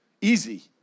Easy